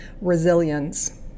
resilience